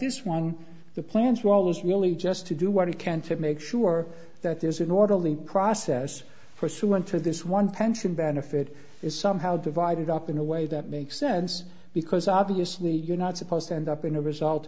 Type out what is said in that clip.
this one the plans role is really just to do what he can to make sure that there's an orderly process pursuant to this one pension benefit is somehow divided up in a way that makes sense because obviously you're not supposed to end up in a result